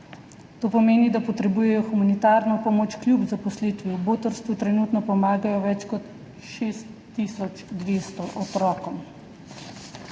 to pomeni, da potrebujejo humanitarno pomoč kljub zaposlitvi. V botrstvu trenutno pomagajo več kot 6 tisoč 200 otrokom.